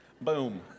Boom